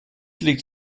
liegt